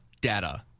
Data